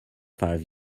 five